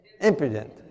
Impudent